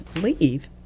leave